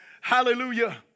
Hallelujah